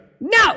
No